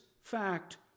fact